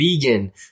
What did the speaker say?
vegan